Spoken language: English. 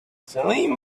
salim